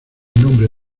nombre